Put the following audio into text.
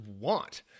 want